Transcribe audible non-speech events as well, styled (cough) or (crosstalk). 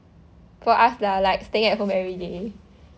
for us lah like staying at home every day (breath)